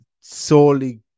solely